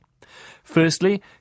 Firstly